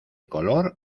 color